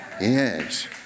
Yes